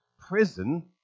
prison